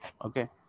okay